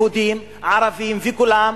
יהודים, ערבים וכולם,